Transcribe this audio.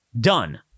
Done